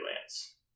Lance